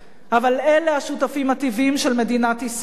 אבל אלה השותפים הטבעיים של מדינת ישראל.